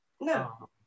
No